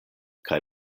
kaj